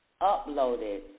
uploaded